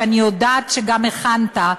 ואני יודעת שגם הכנת,